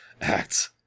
acts